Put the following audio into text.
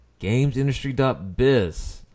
gamesindustry.biz